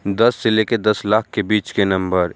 दस से ले के दस लाख के बीच के नंबर